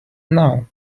now